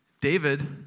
David